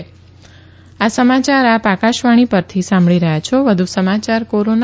corona સંદેશ આ સમાચાર આપ આકાશવાણી પરથી સાંભળી રહ્યા છોવધુ સમાચાર કોરોના